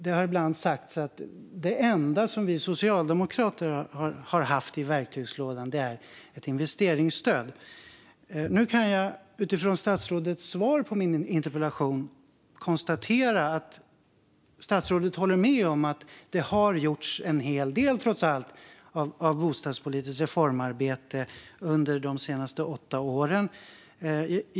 Det har ibland sagts att det enda som vi socialdemokrater har haft i verktygslådan är ett investeringsstöd. Nu kan jag, utifrån statsrådets svar på min interpellation, konstatera att statsrådet håller med om att det trots allt har gjorts en hel del bostadspolitiskt reformarbete under de senaste åtta åren.